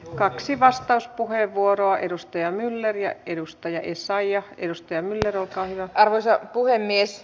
kaksi vastauspuheenvuoroa edustaja myller ja ennustajaesaajia edustajan kerrotaan arvoisa puhemies